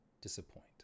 disappoint